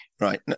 Right